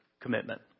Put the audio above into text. commitment